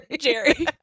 Jerry